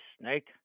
snake